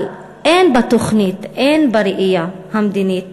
אבל אין בתוכנית, אין בראייה המדינית